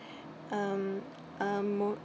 um um mood